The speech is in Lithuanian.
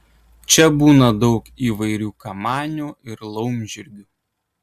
čia būna daug įvairių kamanių ir laumžirgių